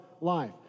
life